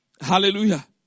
Hallelujah